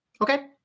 Okay